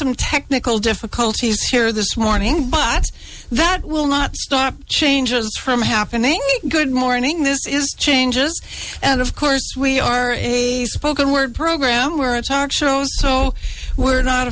some technical difficulties here this morning but that will not stop changes from happening good morning this is changes and of course we are spoken word programmer it's hard so we're not